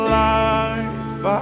life